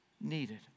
needed